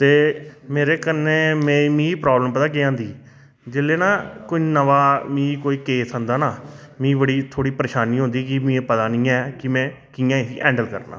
ते मेरे कन्नै मिं प्राबलम पता केह् आंदी जेल्लै न कोई नमां मिं कोई केस आंदा न मिं बड़ थोह्ड़ी परेशानी होंदी कि मि पता निं ऐ कि में कि'या इसी हैंडल करना